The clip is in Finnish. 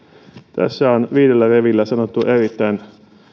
tässä on viidellä rivillä sanottu erittäin